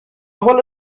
قول